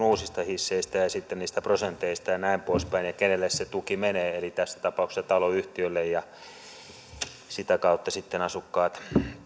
uusista hisseistä ja ja sitten niistä prosenteista ja näin poispäin ja siitä kenelle se tuki menee eli tässä tapauksessa taloyhtiölle ja sitä kautta sitten asukkaille